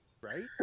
Right